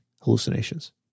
hallucinations